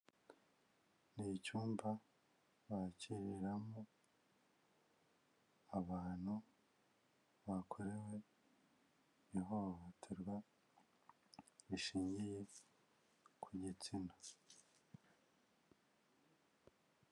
Ni icyumba bakiriramo abantu bakorewe ihohoterwa rishingiye ku gitsina.